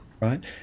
right